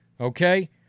okay